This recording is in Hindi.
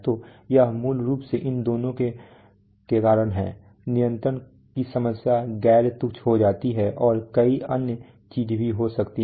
तो यह मूल रूप से इन दोनों के कारण है नियंत्रण की समस्या गैर तुच्छ हो जाती है और कई अन्य चीजें भी हो सकती हैं